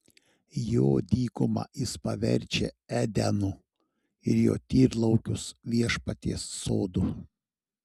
jo dykumą jis paverčia edenu ir jo tyrlaukius viešpaties sodu